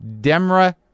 Demra